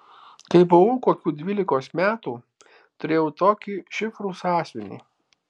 kai buvau kokių dvylikos metų turėjau tokį šifrų sąsiuvinį